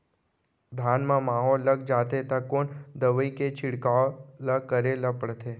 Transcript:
धान म माहो लग जाथे त कोन दवई के छिड़काव ल करे ल पड़थे?